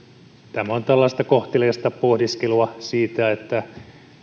tämä on tällaista kohteliasta pohdiskelua siitä